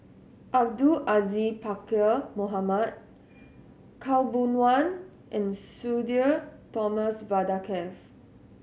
Abdul Aziz Pakkeer Mohamed Khaw Boon Wan and Sudhir Thomas Vadaketh